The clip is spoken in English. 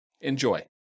Enjoy